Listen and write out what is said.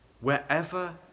Wherever